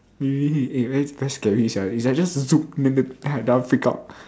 eh really eh very very scary sia is like just !zoop!then then i just freak out